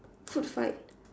food fight